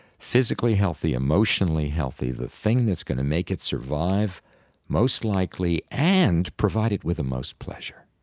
physically healthy, emotionally healthy, the thing that's going to make it survive most likely and provide it with the most pleasure.